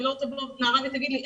ולא תבוא נערה ותגיד לי,